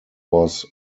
was